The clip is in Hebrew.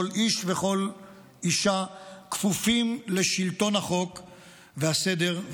כל איש וכל אישה כפופים לשלטון החוק והסדר,